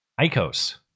Icos